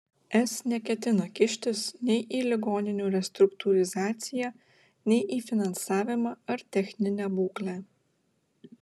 es neketina kištis nei į ligoninių restruktūrizaciją nei į finansavimą ar techninę būklę